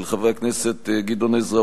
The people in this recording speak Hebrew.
של חברי הכנסת גדעון עזרא,